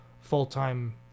full-time